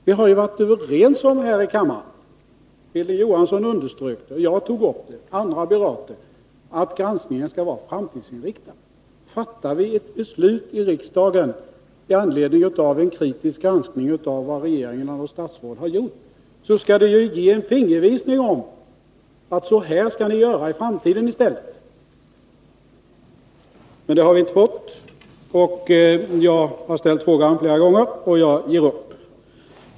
Vi har ju här i kammaren varit överens om att granskningen skall vara framtidsinriktad — Hilding Johansson underströk det, jag tog upp det, och andra har berört det. Fattar vi ett beslut i riksdagen med anledning av en granskning av vad regeringen och statsråd har gjort, så skall det ju ge en fingervisnig om att så här skall ni göra i framtiden i stället. Men det har vi inte fått. Jag har ställt frågan flera gånger, och jag ger upp.